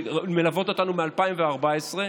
שמלוות אותנו מ-2014,